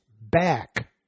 back